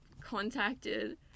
contacted